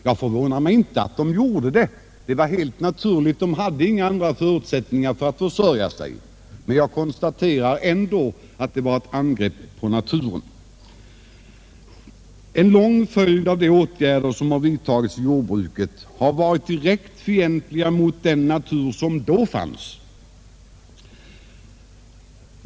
Jag är inte förvånad över att detta gjordes — det var helt naturligt, eftersom dessa människor inte hade andra förutsättningar för att försörja sig — men jag konstaterar ändå att det var angrepp på naturen. En lång rad av de åtgärder som vidtagits i jordbruket har varit direkt fientligt mot den natur som funnits vid tidpunkten för respektive ingrepp.